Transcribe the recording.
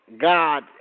God